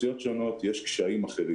פריסת שכר לימוד כדי שנבין את ההיקפים כאן.